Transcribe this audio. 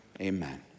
Amen